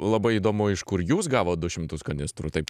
labai įdomu iš kur jūs gavot du šimtus kanistrų taip